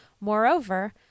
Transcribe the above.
Moreover